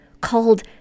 called